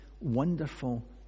wonderful